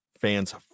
fans